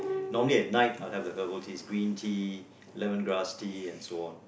normally at night I'll have the herbal teas green tea lemongrass tea and so on